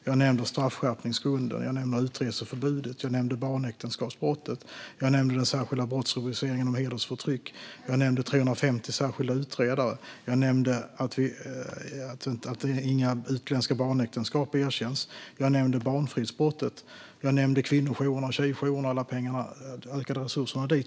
Jag nämnde straffskärpningsgrunder, jag nämnde utreseförbudet, jag nämnde barnäktenskapsbrottet, jag nämnde den särskilda brottsrubriceringen hedersförtryck, jag nämnde 350 särskilda utredare, jag nämnde att inga utländska barnäktenskap erkänns, jag nämnde barnfridsbrottet och jag nämnde kvinnojourerna och tjejjourerna och de ökade resurserna till dem.